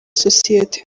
sosiyete